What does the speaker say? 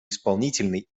исполнительной